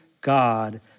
God